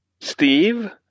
Steve